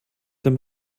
dem